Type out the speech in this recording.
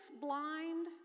blind